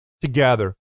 together